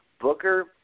Booker